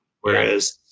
Whereas